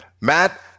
Matt